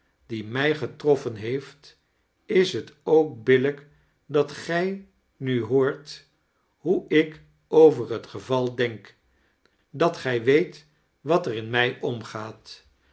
die mij geteoffen heeft is het ook billijk dat gij nu hoort hoe ik over liet geval denk dat gij weet wat er in mij omgaat